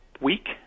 week